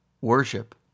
Worship